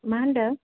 मा होनदों